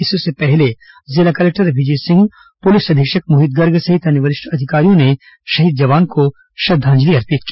इससे पहले जिला कलेक्टर अभिजीत सिंह पुलिस अधीक्षक मोहित गर्ग सहित अन्य वरिष्ठ अधिकारियों ने शहीद जवान को श्रद्धांजलि अर्पित की